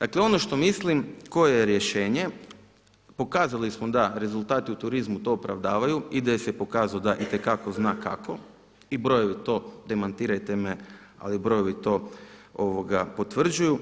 Dakle ono što mislim koje je rješenje, pokazali smo da rezultati u turizmu to opravdavaju, IDS je pokazao da itekako zna kako i brojevi to, demantirajte me ali to brojevi to potvrđuju,